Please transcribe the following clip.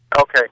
Okay